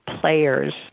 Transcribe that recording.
players